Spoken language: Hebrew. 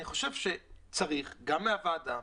אני חושב שצריך גם מהוועדה,